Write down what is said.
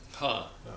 !huh!